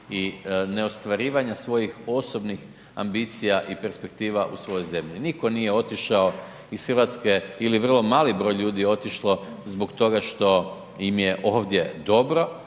i neostvarivanja svojih osobnih ambicija i perspektiva u svojoj zemlji. Nitko nije otišao iz Hrvatske ili je vrlo mali broj ljudi otišlo zbog toga što im je ovdje dobro,